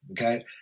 okay